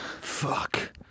Fuck